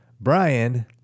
Brian